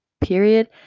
period